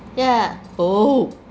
ya oh